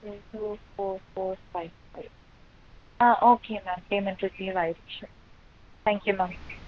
two two four four five ah okay okay ma'am payment receive ஆயிருச்சு thank you ma'am